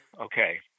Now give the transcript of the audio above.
okay